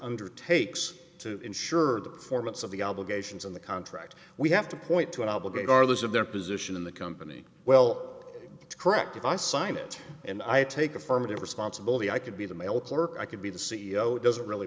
undertakes to ensure the performance of the obligations in the contract we have to point to an obligation are those of their position in the company well correct if i sign it and i take affirmative responsibility i could be the mail clerk i could be the c e o doesn't really